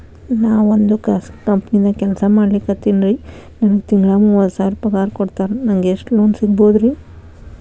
ನಾವೊಂದು ಖಾಸಗಿ ಕಂಪನಿದಾಗ ಕೆಲ್ಸ ಮಾಡ್ಲಿಕತ್ತಿನ್ರಿ, ನನಗೆ ತಿಂಗಳ ಮೂವತ್ತು ಸಾವಿರ ಪಗಾರ್ ಕೊಡ್ತಾರ, ನಂಗ್ ಎಷ್ಟು ಲೋನ್ ಸಿಗಬೋದ ರಿ?